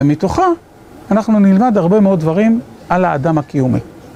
ומתוכה, אנחנו נלמד הרבה מאוד דברים על האדם הקיומי.